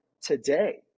today